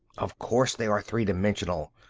of course they are three-dimensional.